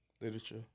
literature